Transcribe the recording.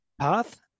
path